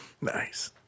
Nice